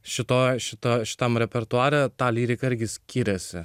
šito šito šitam repertuarą tą lyriką irgi skiriasi